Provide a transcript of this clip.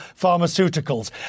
pharmaceuticals